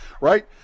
right